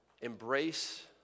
embrace